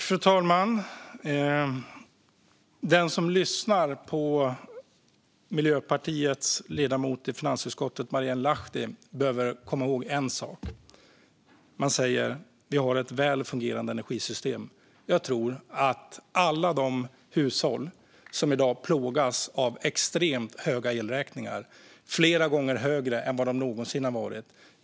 Fru talman! Den som lyssnar på Miljöpartiets ledamot i finansutskottet Marielle Lahti behöver komma ihåg en sak. Ledamoten säger att vi har ett väl fungerande energisystem. Jag tror inte att alla de hushåll som i dag plågas av extremt stora elräkningar - flera gånger större än vad de någonsin har varit - håller med.